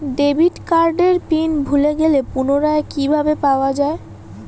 Debit কার্ডের PIN ভুলে গেলে পুনরায় কিভাবে পাওয়া য়ায়?